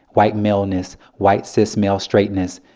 white maleness, white cis male straightness,